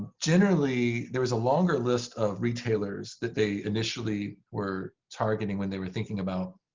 generally, there is a longer list of retailers that they initially were targeting when they were thinking about